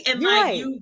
right